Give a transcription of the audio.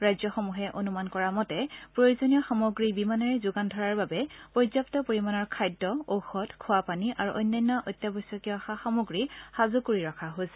ৰাজ্যসমূহে অনুমান কৰা মতে প্ৰয়োজনীয় সামগ্ৰী বিমানেৰে যোগান ধৰাৰ বাবে পৰ্য্যাপ্ত পৰিমাণৰ খাদ্য ঔষধ খোৱাপানী আৰু অন্যান্য অত্যাৱশ্যকীয় সা সামগ্ৰী সাজু কৰি ৰখা হৈছে